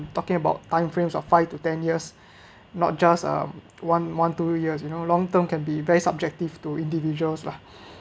talking about time frames of five to ten years not just uh one one two years you know long term can be very subjective to individuals lah